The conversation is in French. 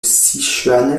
sichuan